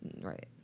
right